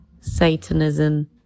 Satanism